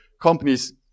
companies